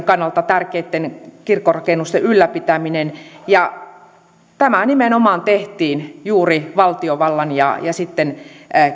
kannalta tärkeitten kirkkorakennusten ylläpitäminen tämä nimenomaan tehtiin juuri valtiovallan ja